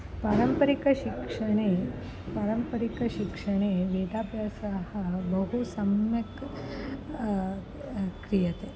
पारम्परिकशिक्षणे पारम्परिकशिक्षणे वेदाभ्यासः बहु सम्यक् क्रियते